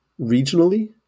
regionally